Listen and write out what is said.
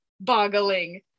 boggling